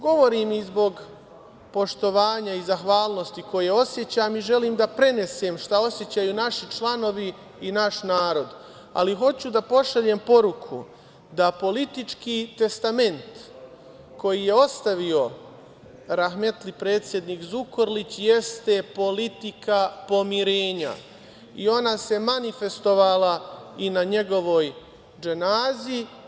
Govorim i zbog poštovanja i zahvalnosti koje osećam i želim da prenesem šta osećaju naši članovi i naš narod, ali hoću da pošaljem poruku da politički testament koji je ostavio rahmetli predsednik Zukorlić jeste politika pomirenja i ona se manifestovala i na njegovoj dženazi.